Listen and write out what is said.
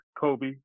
Kobe